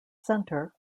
centre